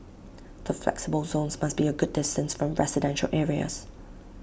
the 'flexible' zones must be A good distance from residential areas